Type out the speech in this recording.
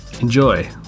enjoy